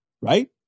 Right